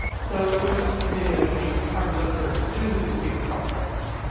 so we went back to the video, and we had to look for clues that we could cross-reference.